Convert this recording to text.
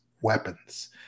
weapons